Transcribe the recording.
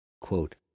Quote